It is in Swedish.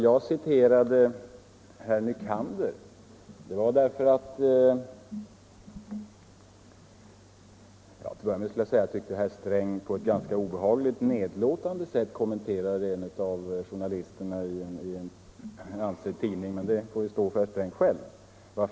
Jag citerade redaktör Nycander, och jag tyckte att herr Sträng sedan på ett mycket obehagligt och nedlåtande sätt kommenterade en av journalisterna i en ansedd tidning, men det får ju stå för herr Sträng själv.